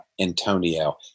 Antonio